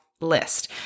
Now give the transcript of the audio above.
list